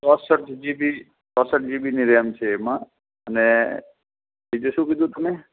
ચોંસઠ જીબીની ચોસઠ જીબીની રેમ છે એમાં અને એ જે શું કીધું તમે